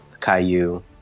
caillou